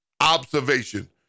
observation